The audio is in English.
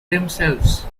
themselves